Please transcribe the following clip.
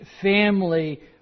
family